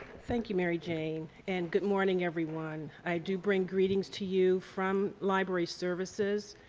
thank you, mary-jane. and good morning, everyone. i do bring greetings to you from library services.